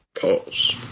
Pause